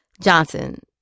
Johnson